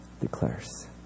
declares